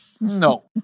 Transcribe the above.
No